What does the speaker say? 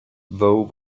vow